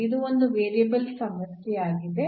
ಇದು 1 ವೇರಿಯಬಲ್ ಸಮಸ್ಯೆ ಆಗಿದೆ